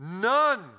none